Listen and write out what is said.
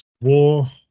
War